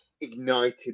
ignited